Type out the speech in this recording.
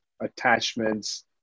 attachments